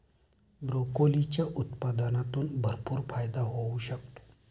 ब्रोकोलीच्या उत्पादनातून भरपूर फायदा होऊ शकतो